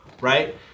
right